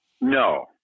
No